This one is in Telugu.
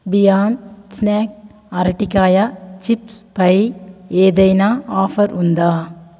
బియాండ్ స్న్యాక్ అరటికాయ చిప్స్ పై ఏదైనా ఆఫర్ ఉందా